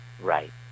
Right